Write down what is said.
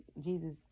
Jesus